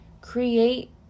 create